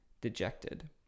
dejected